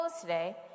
today